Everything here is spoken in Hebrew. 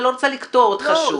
אני לא רוצה לקטוע אותך שוב.